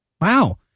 Wow